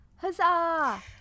Huzzah